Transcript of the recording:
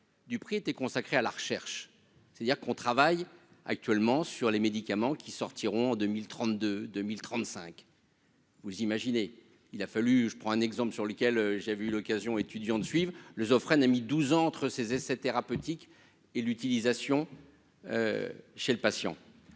du prix était consacré à la recherche, c'est-à-dire qu'on travaille actuellement sur les médicaments qui sortiront en 2032 2035. Vous imaginez, il a fallu, je prends un exemple sur lequel j'ai vu l'occasion étudiants de suivre le a mis douze entre ces essais thérapeutiques et l'utilisation chez le patient,